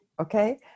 Okay